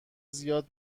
زیاد